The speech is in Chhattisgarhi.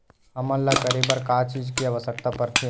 हमन ला करे बर का चीज के आवश्कता परथे?